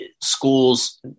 schools